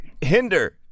Hinder